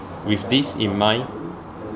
with this in mind